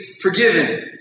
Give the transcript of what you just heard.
forgiven